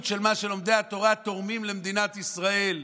של מה שלומדי התורה תורמים למדינת ישראל.